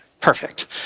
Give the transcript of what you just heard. Perfect